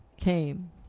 came